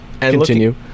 Continue